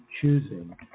choosing